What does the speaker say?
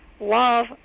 love